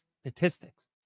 statistics